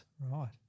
Right